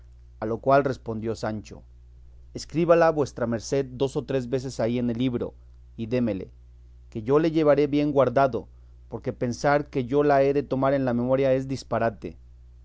a lo cual respondió sancho escríbala vuestra merced dos o tres veces ahí en el libro y démele que yo le llevaré bien guardado porque pensar que yo la he de tomar en la memoria es disparate